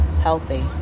healthy